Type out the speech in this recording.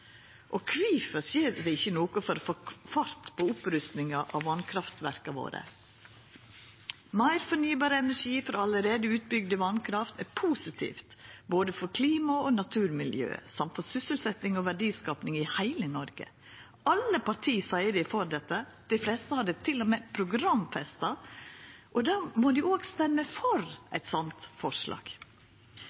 Og kvifor skjer det ikkje noko for å få fart på opprustinga av vasskraftverka våre? Meir fornybar energi for allereie utbygd vasskraft er positivt både for klima og naturmiljøet samt for sysselsetting og verdiskaping i heile Noreg. Alle parti seier dei er for dette. Dei fleste har det til og med programfesta – og då må dei òg stemma for eit slikt forslag.